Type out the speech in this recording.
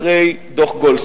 אחרי דוח-גולדסטון.